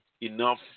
Enough